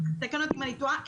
תקן אותי אם אני טועה.